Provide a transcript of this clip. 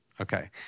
Okay